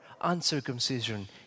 uncircumcision